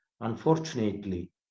Unfortunately